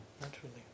naturally